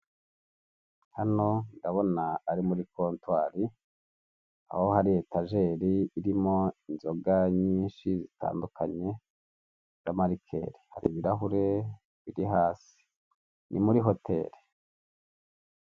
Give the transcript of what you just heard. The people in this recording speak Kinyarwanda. Hano ndabona ari muri kontwari, aho hari etajeri irimo inzoga nyinshi zitandukanye, z'amarikeri. Hari ibirahure biri hasi. Ni muri hoteli.